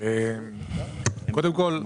קודם כל,